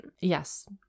Yes